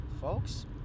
folks